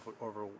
over